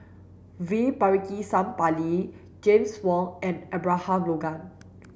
V Pakirisamy Pillai James Wong and Abraham Logan